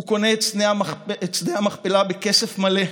הוא קונה את שדה המכפלה בכסף מלא,